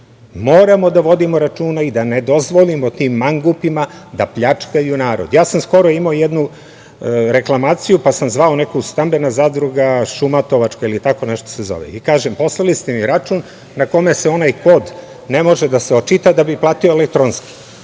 Moramo da vodimo računa i da ne dozvolimo tim mangupima da pljačkaju narod. Skoro sam imao jednu reklamaciju, pa sam zvao - Stambena zadruga Šumatovačka ili tako nešto se zove i kažem – poslali ste mi račun na kome se onaj kod ne može očitati, pa bih platio elektronski.